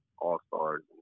all-stars